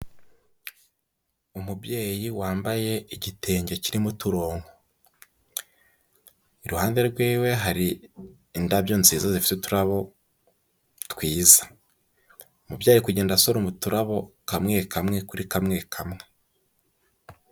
Umubyeyi wambaye igitenge kirimo uturongo. Iruhande rw'iwe hari indabyo nziza zifite uturabo twiza. Umubyeyi ari kugenda asoroma uturabo kamwe kamwe kuri kamwe kamwe.